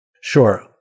Sure